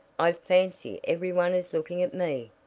i fancy every one is looking at me!